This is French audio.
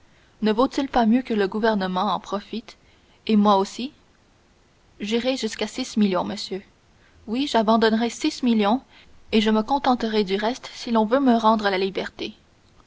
ne vaut-il pas mieux que le gouvernement en profite et moi aussi j'irai jusqu'à six millions monsieur oui j'abandonnerai six millions et je me contenterai du reste si l'on veut me rendre la liberté